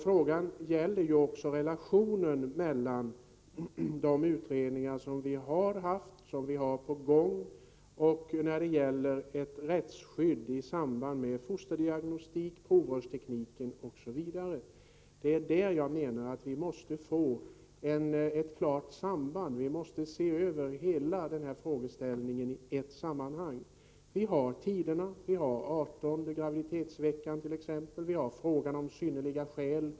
Frågan gäller också relationen mellan de utredningar som har gjorts eller är på gång och rättsskyddet i samband med fosterdiagnostik, provrörsteknik osv. Det gäller, som jag ser det, att se över hela frågeställningen i ett sammanhang. Vi har frågan om 18:e graviditetsveckan och frågan om s.k. synnerliga skäl.